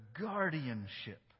guardianship